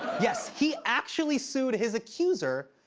yes. he actually sued his accuser,